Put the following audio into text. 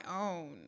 own